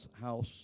house